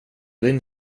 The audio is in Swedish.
din